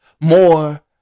more